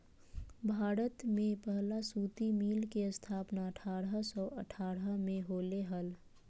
भारत में पहला सूती मिल के स्थापना अठारह सौ अठारह में होले हल